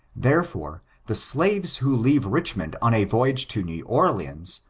therefore, the slaves who leave richmond on a voyage to new orleans,